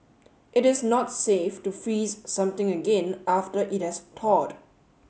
it is not safe to freeze something again after it has thawed